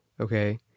Okay